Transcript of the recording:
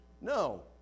No